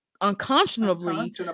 unconscionably